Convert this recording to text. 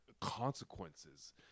consequences